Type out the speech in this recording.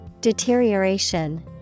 Deterioration